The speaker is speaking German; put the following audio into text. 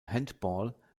handball